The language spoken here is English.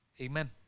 Amen